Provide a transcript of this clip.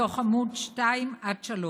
מתוך עמ' 2 3: